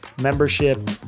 membership